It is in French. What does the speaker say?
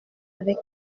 avec